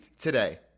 today